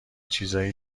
چیزای